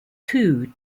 two